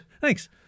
Thanks